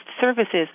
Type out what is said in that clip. services